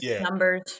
numbers